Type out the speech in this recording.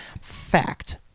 fact